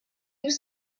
was